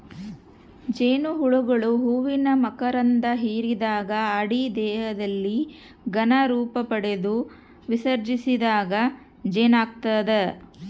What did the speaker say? ಜೇನುಹುಳುಗಳು ಹೂವಿನ ಮಕರಂಧ ಹಿರಿದಾಗ ಅಡಿ ದೇಹದಲ್ಲಿ ಘನ ರೂಪಪಡೆದು ವಿಸರ್ಜಿಸಿದಾಗ ಜೇನಾಗ್ತದ